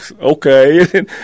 okay